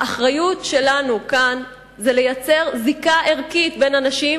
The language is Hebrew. האחריות שלנו כאן זה ליצור זיקה ערכית בין אנשים